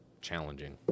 challenging